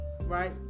right